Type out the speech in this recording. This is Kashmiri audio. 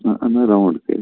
نہَ اَنان راوُنٛڈ کٔرِتھ